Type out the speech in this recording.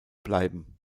bleiben